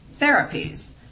therapies